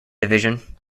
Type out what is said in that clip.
division